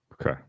Okay